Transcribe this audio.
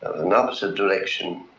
and opposite direction.